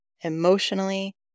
emotionally